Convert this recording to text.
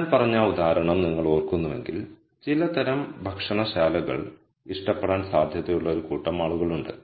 ഞാൻ പറഞ്ഞ ആ ഉദാഹരണം നിങ്ങൾ ഓർക്കുന്നുവെങ്കിൽ ചിലതരം ഭക്ഷണശാലകൾ ഇഷ്ടപ്പെടാൻ സാധ്യതയുള്ള ഒരു കൂട്ടം ആളുകളുണ്ട്